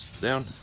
Down